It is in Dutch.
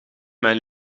mijn